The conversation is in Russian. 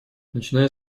начиная